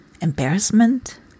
embarrassment